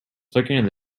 flickering